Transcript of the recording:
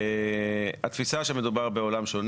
בעלי המקרקעין הסובבים כך שעדיין יש